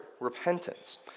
repentance